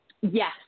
Yes